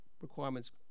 requirements